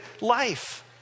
life